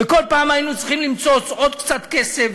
וכל פעם היינו צריכים למצוץ עוד קצת כסף,